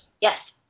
Yes